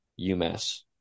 UMass